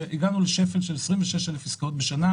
והגענו לשפל של 26 אלף עסקאות בשנה,